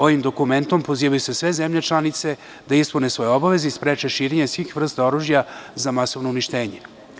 Ovim dokumentom pozivaju se sve zemlje članice da ispune svoje obaveze i spreče širenje svih vrsta oružja za masovna uništenja.